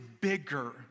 bigger